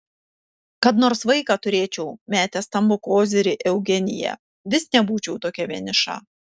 kad nors vaiką turėčiau metė stambų kozirį eugenija vis nebūčiau tokia vieniša